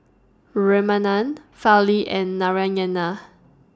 Ramanand Fali and Narayana